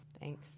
Thanks